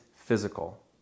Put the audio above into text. physical